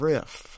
Riff